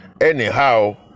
Anyhow